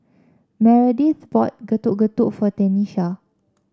Meredith bought Getuk Getuk for Tenisha